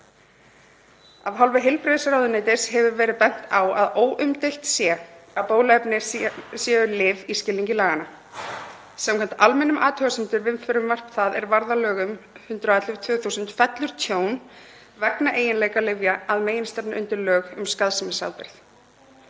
Af hálfu heilbrigðisráðuneytis hefur verið bent á að óumdeilt sé að bóluefni séu lyf í skilningi laganna. Samkvæmt almennum athugasemdum við frumvarp það er varð að lögum nr. 111/2000 fellur tjón vegna eiginleika lyfja að meginstefnu undir lög um skaðsemisábyrgð.